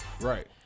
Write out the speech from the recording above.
right